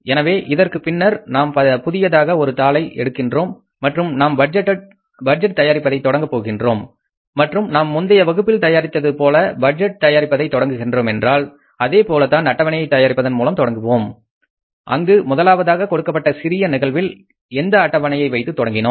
எனவே இதற்குப் பின்னர் நாம் புதியதாக ஒரு தாளை எடுக்கின்றோம் மற்றும் நாம் பட்ஜெட் தயாரிப்பதை தொடங்க போகின்றோம் மற்றும் நாம் முந்தைய வகுப்பில் தயாரித்தது போல பட்ஜெட் தயாரிப்பதை தொடங்குகின்றோம் என்றால் அதேபோலத்தான் அட்டவணை தயாரிப்பதன் மூலம் தொடங்குவோம் அங்கு முதலாவதாக கொடுக்கப்பட்ட சிறிய நிகழ்வில் எந்த அட்டவணையை வைத்து தொடங்கினோம்